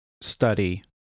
study